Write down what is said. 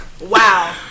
Wow